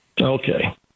Okay